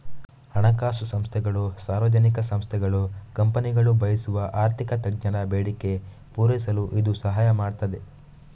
ಹಣಕಾಸು ಸಂಸ್ಥೆಗಳು, ಸಾರ್ವಜನಿಕ ಸಂಸ್ಥೆಗಳು, ಕಂಪನಿಗಳು ಬಯಸುವ ಆರ್ಥಿಕ ತಜ್ಞರ ಬೇಡಿಕೆ ಪೂರೈಸಲು ಇದು ಸಹಾಯ ಮಾಡ್ತದೆ